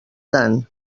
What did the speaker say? tant